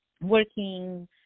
working